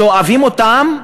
שואבים אותם,